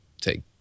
take